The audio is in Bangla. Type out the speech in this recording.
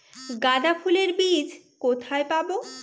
গাঁদা ফুলের বীজ কোথায় পাবো?